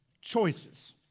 Choices